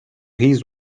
his